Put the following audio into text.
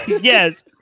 yes